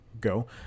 go